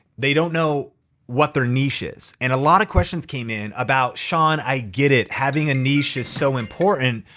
they don't know what their niche is. and a lot of questions came in about sean i get it, having a niche is so important,